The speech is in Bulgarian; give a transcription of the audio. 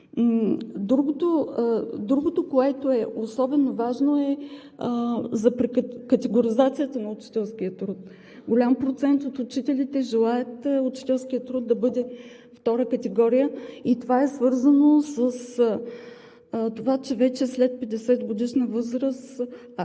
Другото, което е особено важно, е за прекатегоризацията на учителския труд. Голям процент от учителите желаят учителският труд да бъде втора категория и е свързано с това, че вече след 50-годишна възраст